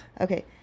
Okay